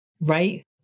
right